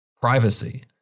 privacy